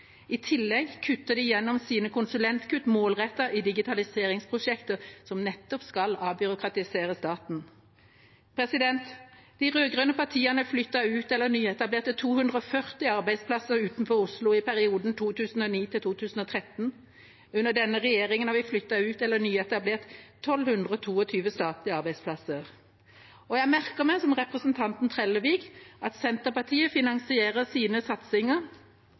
I tillegg kutter de gjennom sine konsulentkutt målrettet i digitaliseringsprosjekter som nettopp skal avbyråkratisere staten. De rød-grønne partiene flyttet ut eller nyetablerte 240 arbeidsplasser utenfor Oslo i perioden 2009–2013. Under denne regjeringen har vi flyttet ut eller nyetablert 1 222 statlige arbeidsplasser. Jeg merker meg, som representanten Trellevik, at Senterpartiet finansierer sine satsinger